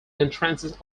entrances